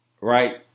right